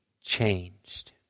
changed